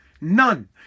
None